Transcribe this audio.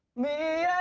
me